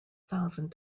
thousand